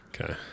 Okay